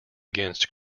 against